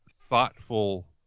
thoughtful